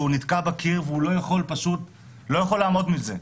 כשהם נתקעים בקיר ולא יכולים לעמוד מול זה.